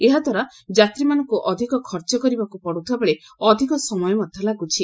ଏହାଦ୍ୱାରା ଯାତ୍ରୀମାନଙ୍କୁ ଅଧିକ ଖର୍ଚ କରିବାକୁ ପଡୁଥିବା ବେଳେ ଅଧିକ ସମୟ ମଧ୍ଧ ଲାଗୁଛି